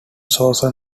saucer